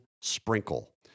Sprinkle